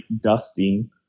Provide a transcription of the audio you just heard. dusting